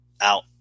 Out